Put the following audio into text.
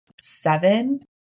seven